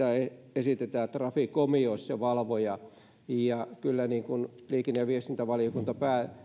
esitetään sitä että traficom olisi se valvoja ja kyllä liikenne ja viestintävaliokunta